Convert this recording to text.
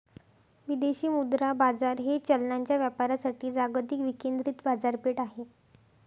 विदेशी मुद्रा बाजार हे चलनांच्या व्यापारासाठी जागतिक विकेंद्रित बाजारपेठ आहे